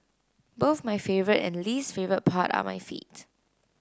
both my favourite and least favourite part are my feet